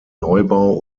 neubau